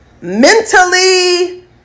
mentally